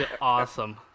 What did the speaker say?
Awesome